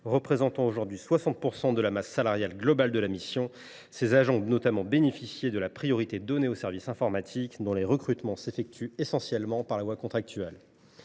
Représentant aujourd’hui 60 % de la masse salariale globale de la mission, ces agents ont notamment bénéficié de la priorité donnée aux services informatiques, dont les recrutements s’effectuent essentiellement par la voie contractuelle.